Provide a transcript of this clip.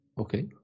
Okay